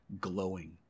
glowing